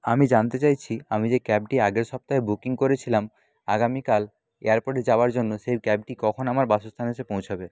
আমি জানতে চাইছি আমি যে ক্যাবটি আগের সপ্তাহে বুকিং করেছিলাম আগামীকাল এয়ারপোর্টে যাওয়ার জন্য সেই ক্যাবটি কখন আমার বাসস্থানে এসে পৌঁছাবে